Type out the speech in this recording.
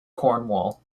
cornwall